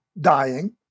dying